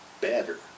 better